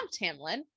tamlin